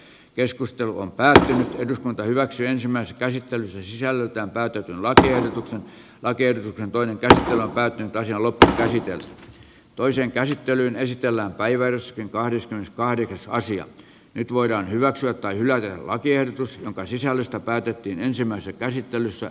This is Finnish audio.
keskustelu on päättänyt eduskunta hyväksyi ensimmäisen käsittelyssä sisällöltään täytyy laatia arkena toimenpiteenä päätäntä ja lotta käsityöt toisen käsittelyn esitellä päiväys kahdeskymmeneskahdeksas sija nyt voidaan hyväksyä tai hylätä lakiehdotus jonka sisällöstä päätettiin ensimmäisessä käsittelyssä